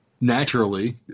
Naturally